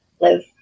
live